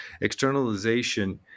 Externalization